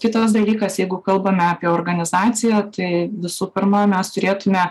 kitas dalykas jeigu kalbame apie organizaciją tai visų pirma mes turėtume